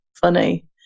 funny